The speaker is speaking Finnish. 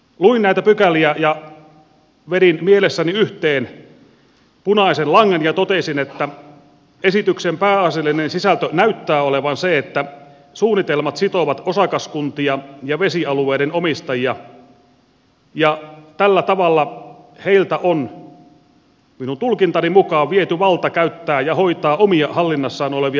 luin näitä pykäliä ja vedin mielessäni yhteen punaisen langan ja totesin että esityksen pääasiallinen sisältö näyttää olevan se että suunnitelmat sitovat osakaskuntia ja vesialueiden omistajia ja tällä tavalla heiltä on minun tulkintani mukaan viety valta käyttää ja hoitaa omia hallinnassaan olevia vesialueita